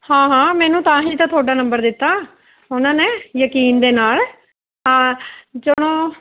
ਹਾਂ ਹਾਂ ਮੈਨੂੰ ਤਾਂ ਹੀ ਤਾਂ ਤੁਹਾਡਾ ਨੰਬਰ ਦਿੱਤਾ ਉਹਨਾਂ ਨੇ ਯਕੀਨ ਦੇ ਨਾਲ ਹਾਂ ਚੱਲੋ